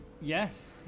yes